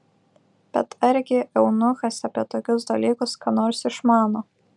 bet argi eunuchas apie tokius dalykus ką nors išmano